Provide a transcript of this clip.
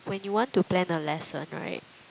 when you want to plan a lesson right